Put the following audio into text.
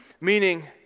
Meaning